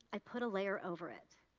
i put a layer over it.